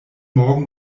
morgen